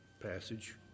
passage